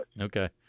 Okay